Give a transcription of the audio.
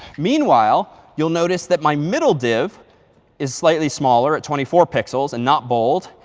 meanwhile, you'll notice that my middle div is slightly smaller at twenty four pixels and not bold,